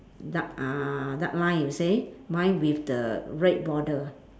dark uh dark line you say mine with the red border